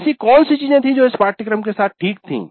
ऐसी कौन सी चीजें थीं जो इस पाठ्यक्रम के साथ ठीक थीं